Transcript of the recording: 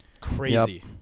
crazy